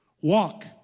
walk